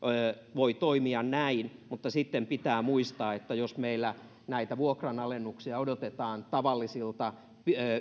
voi toimia näin mutta sitten pitää muistaa että jos meillä näitä vuokranalennuksia odotetaan tavallisilta